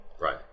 Right